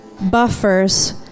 buffers